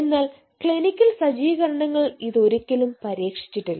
എന്നാൽ ക്ലിനിക്കൽ സജ്ജീകരണങ്ങളിൽ ഇത് ഒരിക്കലും പരീക്ഷിച്ചിട്ടില്ല